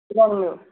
इदानीमेव